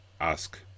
ask